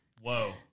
Whoa